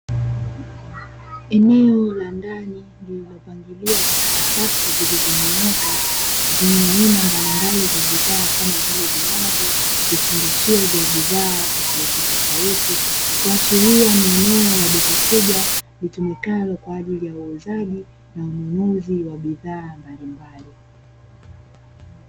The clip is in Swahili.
Eneo la ndani lililopangiliwa katika safu zilizonyooka, zenye aina mbalimbali za bidhaa kama vile maji, vifungashio vya bidhaa tofautitofauti, kuashiria ni eneo la duka kubwa litumikalo kwa ajili ya uuzaji na ununuzi wa bidhaa mbalimbali.